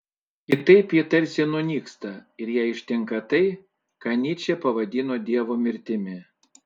kitaip ji tarsi nunyksta ir ją ištinka tai ką nyčė pavadino dievo mirtimi